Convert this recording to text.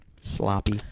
Sloppy